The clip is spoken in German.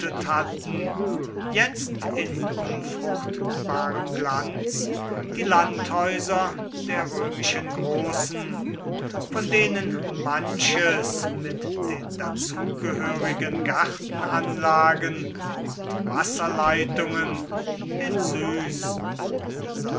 hatten jetzt in unfruchtbarem glanz die landhäuser der römischen großen von denen manches mit den dazu gehörigen gartenanlagen und wasserleitungen den süß und